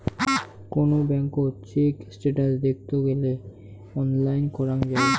কোন ব্যাঙ্কত check status দেখত গেলে অনলাইন করাঙ যাই